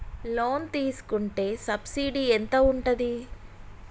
Loan తీసుకుంటే subsidy ఎంత ఉంటది?